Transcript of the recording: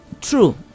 true